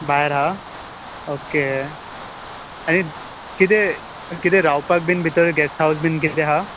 भायर आहा ऑके आनी कितें कितें रावपाक बी भितर गेस्ट हावज बीन कितें आहा